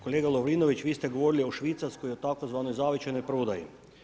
Kolega Lovrinović, vi ste govorili o Švicarskoj, o tzv. zavičajnoj prodaji.